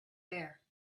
bare